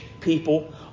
people